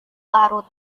larut